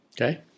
Okay